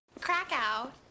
Krakow